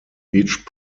each